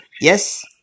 Yes